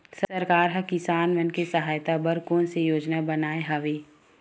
सरकार हा किसान मन के सहायता बर कोन सा योजना बनाए हवाये?